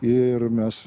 ir mes